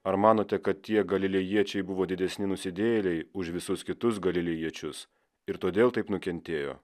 ar manote kad tie galilėjiečiai buvo didesni nusidėjėliai už visus kitus galilėjiečius ir todėl taip nukentėjo